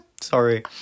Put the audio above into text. Sorry